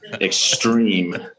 Extreme